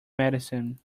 medicine